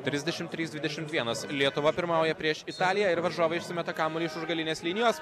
trisdešimt trys dvidešimt vienas lietuva pirmauja prieš italiją ir varžovai išsimeta kamuolį iš už galinės linijos